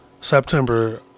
September